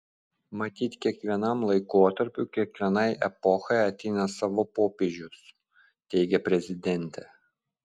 matyt kiekvienam laikotarpiui kiekvienai epochai ateina savo popiežius teigė prezidentė